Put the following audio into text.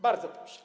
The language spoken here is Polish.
Bardzo proszę.